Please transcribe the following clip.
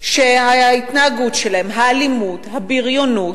שההתנהגות שלהם, האלימות, הבריונות,